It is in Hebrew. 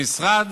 המשרד